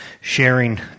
sharing